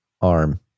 arm